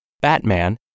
Batman